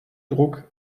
druck